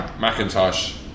MacIntosh